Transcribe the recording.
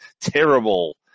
terrible